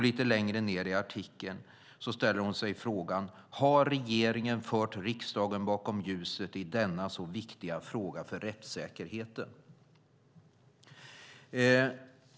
Lite längre ned i artikeln ställer hon sig frågan: Har regeringen fört riksdagen bakom ljuset i denna så viktiga fråga för rättssäkerheten?